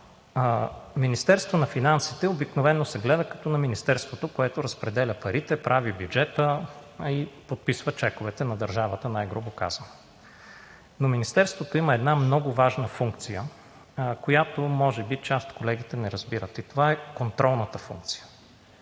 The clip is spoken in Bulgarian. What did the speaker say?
Министерството на финансите обикновено се гледа като на министерството, което разпределя парите, прави бюджета и подписва чековете на държавата – най-грубо казано. Но Министерството има една много важна функция, която може би част от колегите не разбират, и това е контролната функция.